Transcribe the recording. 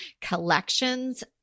collections